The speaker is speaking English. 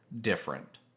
different